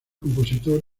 compositor